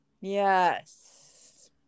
Yes